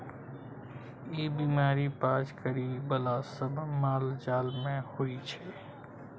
ई बीमारी पाज करइ बला सब मालजाल मे होइ छै